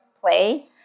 play